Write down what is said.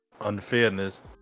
unfairness